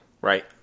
right